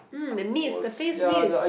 mm the mist the face mist